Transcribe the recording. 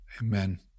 Amen